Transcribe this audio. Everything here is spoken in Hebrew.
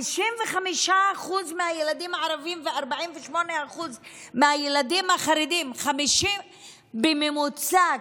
55% מהילדים הערבים ו-48% מהילדים החרדים בממוצע,